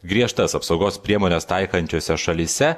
griežtas apsaugos priemones taikančiose šalyse